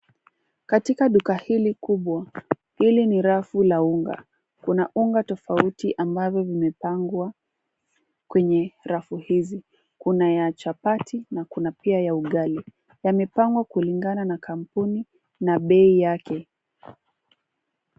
Katika duka hili kubwa, hili ni rafu la unga kuna unga tofauti ambavyo vimepangwa kwenye rafu hizi, kuna ya chapati na kuna pia ya ugali, yamepangwa kulingana na kampuni na bei yake.